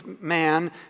man